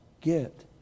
get